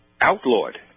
outlawed